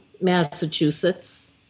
Massachusetts